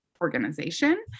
organization